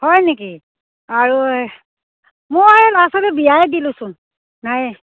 হয় নেকি আৰু মই ল'ৰা ছোৱালী বিয়াই দিলোঁচোন নায়ে